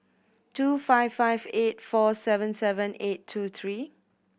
two five five eight four seven seven eight two three